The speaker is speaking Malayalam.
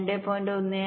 15 2